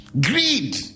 Greed